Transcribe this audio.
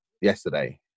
yesterday